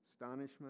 Astonishment